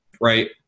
Right